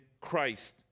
Christ